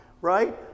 right